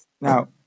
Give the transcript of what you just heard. Now